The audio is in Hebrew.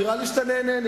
נראה לי שאתה נהנה,